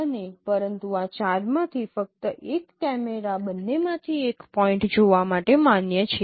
અને પરંતુ આ ચારમાંથી ફક્ત એક કેમેરા બંનેમાંથી એક પોઇન્ટ જોવા માટે માન્ય છે